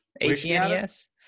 H-E-N-E-S